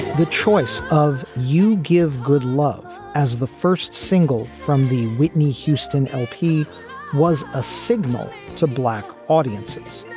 the choice of you give good love as the first single from the whitney houston lp was a signal to black audiences,